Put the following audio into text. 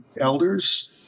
elders